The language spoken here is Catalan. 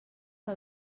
que